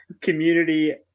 community